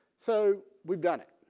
so we've done it.